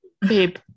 Babe